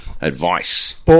advice